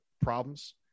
problems